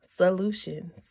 Solutions